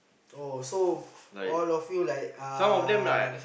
oh so all of you like uh